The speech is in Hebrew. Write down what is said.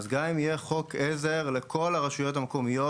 גם אם יהיה חוק עזר לכל הרשויות המקומיות